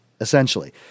essentially